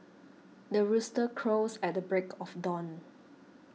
the rooster crows at the break of dawn